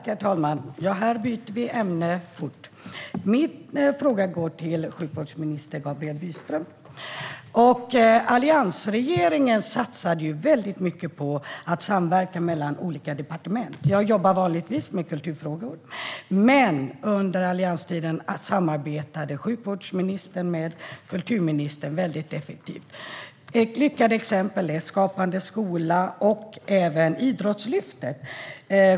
Herr talman! Här byter vi ämne fort. Min fråga går till sjukvårdsminister Gabriel Wikström. Alliansregeringen satsade väldigt mycket på att samverka mellan olika departement. Jag jobbar vanligtvis med kulturfrågor, men under allianstiden samarbetade sjukvårdsministern med kulturministern väldigt effektivt. Lyckade exempel är Skapande skola och även Idrottslyftet.